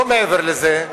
לא מעבר לזה,